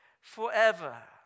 forever